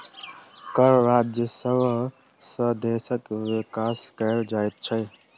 कर राजस्व सॅ देशक विकास कयल जाइत छै